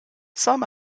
some